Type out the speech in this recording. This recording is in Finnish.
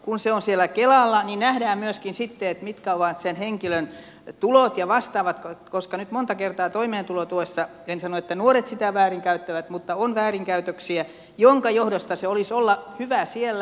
kun se on siellä kelalla niin nähdään myöskin sitten mitkä ovat sen henkilön tulot ja vastaavat koska nyt monta kertaa toimeentulotuessa en sano että nuoret sitä väärinkäyttävät mutta on väärinkäytöksiä minkä johdosta sen olisi hyvä olla siellä